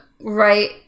right